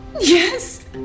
Yes